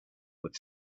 with